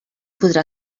podrà